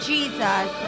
Jesus